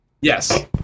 Yes